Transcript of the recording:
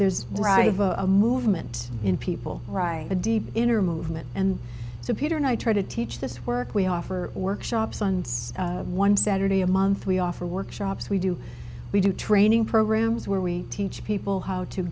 drive a movement in people right a deep inner movement and so peter and i try to teach this work we offer workshops on one saturday a month we offer workshops we do we do training programs where we teach people how to